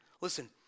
Listen